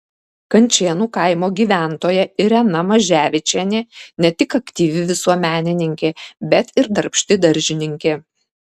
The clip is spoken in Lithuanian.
kančėnų kaimo gyventoja irena maževičienė ne tik aktyvi visuomenininkė bet ir darbšti daržininkė